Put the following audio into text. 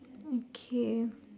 okay